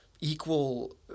equal